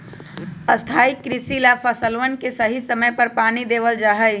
स्थाई कृषि ला फसलवन के सही समय पर पानी देवल जा हई